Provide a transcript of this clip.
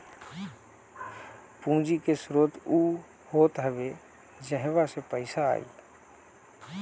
पूंजी के स्रोत उ होत हवे जहवा से पईसा आए